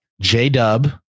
J-Dub